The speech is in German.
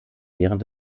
während